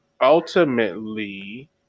ultimately –